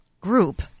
group